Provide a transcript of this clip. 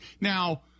Now